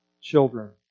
children